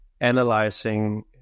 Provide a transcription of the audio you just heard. analyzing